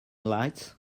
lights